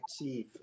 achieve